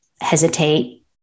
hesitate